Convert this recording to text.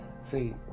see